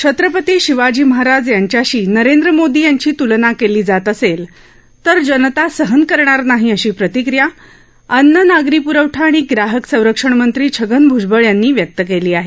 छत्रपती शिवाजी महाराज यांच्याशी नरेंद्र मोदी यांची तुलना केली जात असेल तर जनता सहन करणार नाही अशी प्रतिक्रिया अन्न नागरी प्रवठा आणि ग्राहक संरक्षण मंत्री छगन भूजबळ यांनी व्यक्त केली आहे